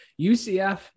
ucf